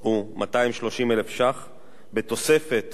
הוא 230,000 ש"ח בתוספת